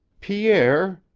pierre,